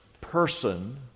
person